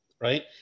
right